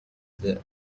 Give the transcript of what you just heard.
the